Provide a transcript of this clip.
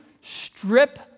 strip